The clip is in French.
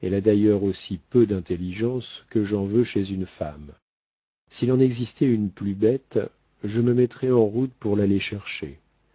elle a d'ailleurs aussi peu d'intelligence que j'en veux chez une femme s'il en existait une plus bête je me mettrais en route pour l'aller chercher